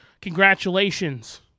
Congratulations